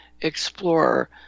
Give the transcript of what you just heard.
explorer